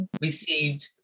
received